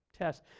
test